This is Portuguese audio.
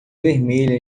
vermelha